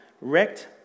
wrecked